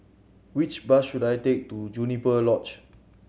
which bus should I take to Juniper Lodge